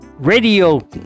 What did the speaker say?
radio